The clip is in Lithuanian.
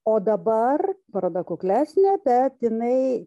o dabar paroda kuklesnė bet jinai